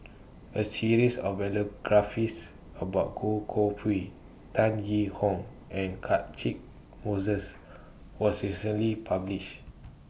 A series of biographies about Goh Koh Pui Tan Yee Hong and Catchick Moses was recently published